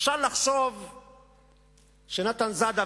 אפשר לחשוב שנתן זאדה,